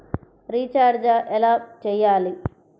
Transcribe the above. Recharge ఎలా చెయ్యాలి?